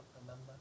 remember